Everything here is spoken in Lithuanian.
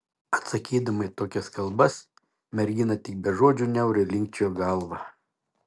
atsakydama į tokias kalbas mergina tik be žodžių niauriai linkčiojo galvą